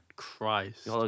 christ